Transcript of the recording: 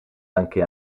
anche